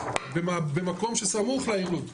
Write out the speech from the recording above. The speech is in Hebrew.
במקום שצמוד לעיר לוד.